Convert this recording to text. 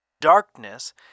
darkness